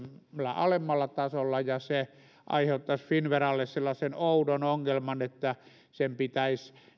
alemmalla tasolla ja se aiheuttaisi finnveralle sellaisen oudon ongelman että sen pitäisi itse